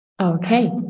Okay